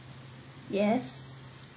yes